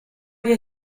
wir